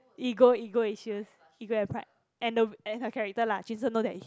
ego ego issues ego and pride and the and her character lah jun sheng know that